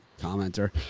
commenter